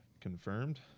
Confirmed